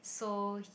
so